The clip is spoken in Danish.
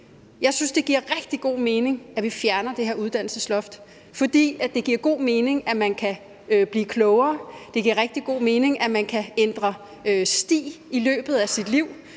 Jeg synes, det giver rigtig god mening, at vi fjerner det her uddannelsesloft, for det giver god mening, at man kan blive klogere, det giver rigtig god mening, at man kan ændre sti i løbet af sit liv,